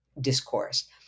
discourse